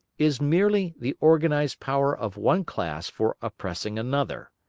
is merely the organised power of one class for oppressing another.